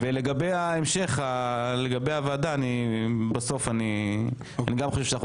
לגבי הוועדה בסוף אני גם חושב שאנחנו